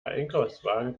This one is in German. einkaufswagen